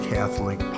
Catholic